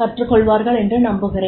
கற்றுக்கொள்வார்கள் என்று நான் நம்புகிறேன்